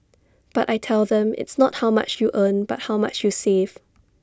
but I tell them it's not how much you earn but how much you save